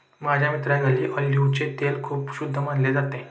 माझ्या मित्राच्या घरी ऑलिव्हचे तेल खूप शुद्ध मानले जाते